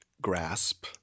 grasp